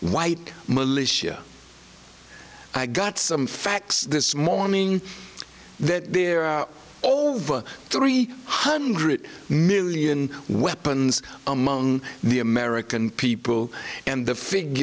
white militia i got some facts this morning that there are over three hundred million weapons among the american people and the